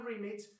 remit